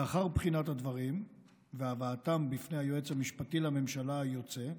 לאחר בחינת הדברים והבאתם בפני היועץ המשפטי לממשלה היוצא,